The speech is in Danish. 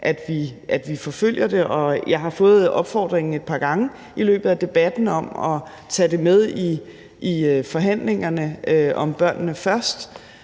at vi forfølger det, og jeg har fået opfordringen et par gange i løbet af debatten om at tage det med i forhandlingerne om »Børnene først«,